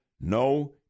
no